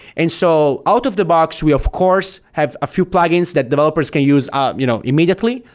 and so out of the box, we of course have a few plugins that developers can use um you know immediately.